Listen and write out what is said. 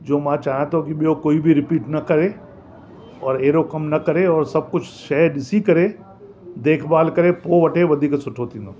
जो मां चाहियां थो कि ॿियो कोई बि रिपीट न करे और अहिड़ो कम न करे और सभु कुझु शइ ॾिसी करे देखभाल करे पोइ वठे वधीक सुठो थींदो